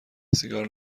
سیگار